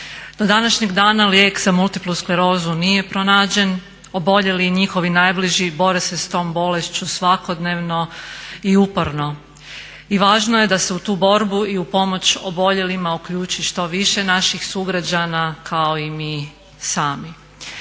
Do današnjeg dana lijek za multiplu sklerozu nije pronađen, oboljeli i njihovi najbliži bore se s tom bolešću svakodnevno i uporno. I važno je da se u tu borbu i u pomoć oboljelima uključi što više naših sugrađana kao i mi sami.